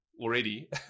already